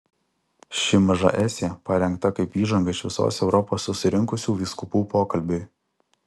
ši maža esė parengta kaip įžanga iš visos europos susirinkusių vyskupų pokalbiui